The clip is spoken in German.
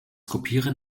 kopieren